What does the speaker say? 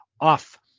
off